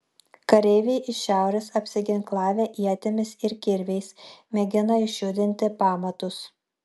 kareiviai iš šiaurės apsiginklavę ietimis ir kirviais mėgina išjudinti pamatus